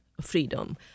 freedom